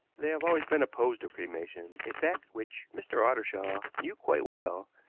they have always been opposed to cremation, a fact which mr. ottershaw knew quite well,